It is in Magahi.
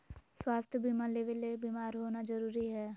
स्वास्थ्य बीमा लेबे ले बीमार होना जरूरी हय?